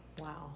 Wow